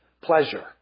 pleasure